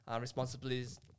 responsibilities